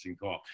call